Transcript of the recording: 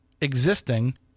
existing